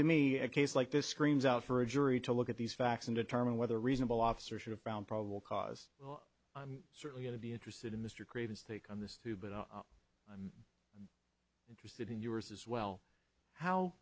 to me a case like this screams out for a jury to look at these facts and determine whether reasonable officer should have found probable cause well i'm certainly going to be interested in mr graves take on this too but i'm interested in yours as well how